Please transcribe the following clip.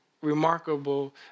remarkable